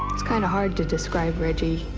it's kind of hard to describe reggie.